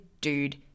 dude